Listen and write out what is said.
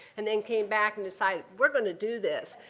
and then came back and decided we're going to do this.